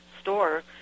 store